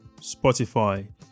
Spotify